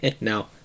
No